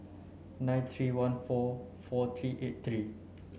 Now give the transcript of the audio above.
nine three one four four three eight three